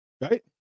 right